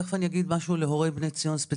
תכף אני אגיד משהו להורי "בני ציון" ספציפית.